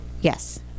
Yes